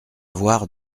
voir